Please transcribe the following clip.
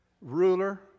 ruler